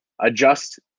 adjust